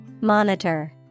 Monitor